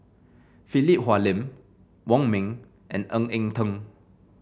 Philip Hoalim Wong Ming and Ng Eng Teng